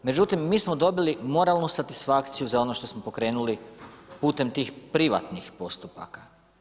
Međutim, mi smo dobili moralnu satisfakciju za ono što smo pokrenuli putem tih privatnih postupaka.